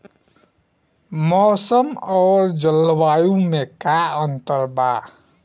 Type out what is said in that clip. मौसम और जलवायु में का अंतर बा?